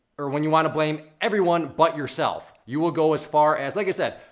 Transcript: or when you wanna blame everyone but yourself. you will go as far as, like i said,